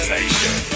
Nation